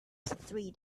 three